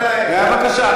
בבקשה.